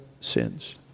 sins